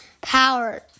power